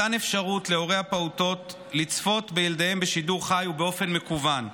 מתן אפשרות להורי הפעוטות לצפות בילדיהם בשידור חי ובאופן מקוון,